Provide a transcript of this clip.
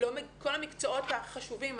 כל המקצועות החשובים,